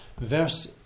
verse